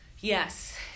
Yes